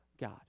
God